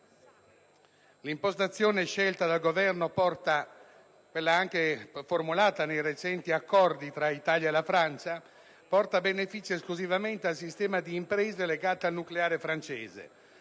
L'impostazione scelta dal Governo, come formulata anche nei recenti accordi tra Italia e Francia, porta benefici esclusivamente al sistema di imprese legate al nucleare francese.